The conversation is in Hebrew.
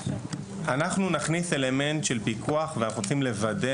אנחנו נכניס אלמנט של פיקוח ואנחנו רוצים לוודא